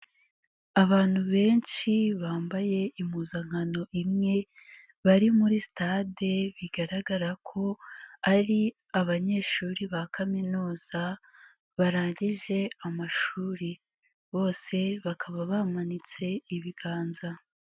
Abantu benshi bambaye impuzankano imwe bari muri sitade bigaragara ko ari abanyeshuri ba kaminuza barangije amashuri bose bakaba bamanitse ibiganza.